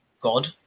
God